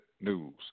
news